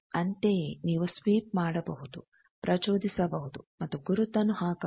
ಅಂತೆಯೇ ನೀವು ಸ್ವೀಪ್ ಮಾಡಬಹುದು ಪ್ರಚೋದಿಸಬಹುದು ಮತ್ತು ಗುರುತನ್ನು ಹಾಕಬಹುದು